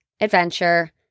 adventure